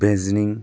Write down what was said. Beijing